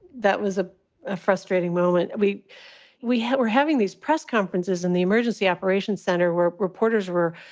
that was a ah frustrating moment. we we yeah were having these press conferences in the emergency operations center where reporters were